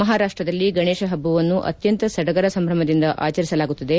ಮಹಾರಾಷ್ಟದಲ್ಲಿ ಗಣೇಶ ಹಬ್ಬವನ್ನು ಅತ್ಯಂತ ಸಡಗರ ಸಂಭ್ರಮದಿಂದ ಆಚರಿಸಲಾಗುತ್ತದೆ